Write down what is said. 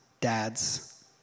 dads